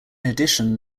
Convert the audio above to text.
addition